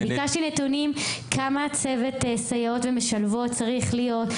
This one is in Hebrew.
ביקשתי נתונים כמה צוות סייעות ומשלבות צריך להיות,